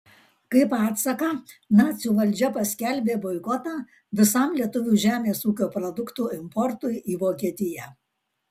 kaip atsaką nacių valdžia paskelbė boikotą visam lietuvių žemės ūkio produktų importui į vokietiją